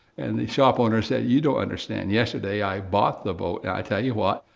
and the shop owner said, you don't understand, yesterday, i bought the boat and i tell you what,